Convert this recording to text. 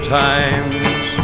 times